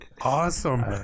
awesome